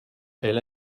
elle